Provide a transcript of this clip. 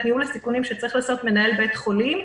ניהול הסיכונים שצריך לעשות מנהל בית חולים,